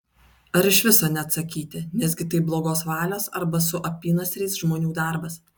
ar iš viso neatsakyti nesgi tai blogos valios arba su apynasriais žmonių darbas